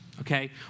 Okay